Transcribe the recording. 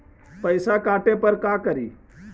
पैसा काटे पर का करि?